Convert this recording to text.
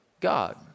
God